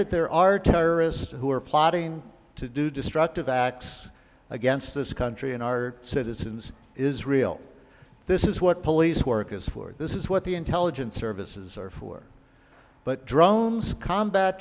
that there are terrorists who are plotting to do destructive acts against this country and our citizens is real this is what police work is for this is what the intelligence services are for but drones combat